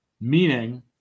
meaning